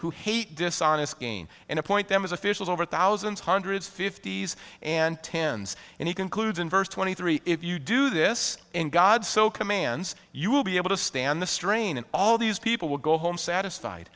who hate dishonest gain and appoint them as officials over thousands hundreds fifties and tens and he concludes in verse twenty three if you do this in god so commands you will be able to stand the strain and all these people will go home satisfied